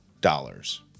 dollars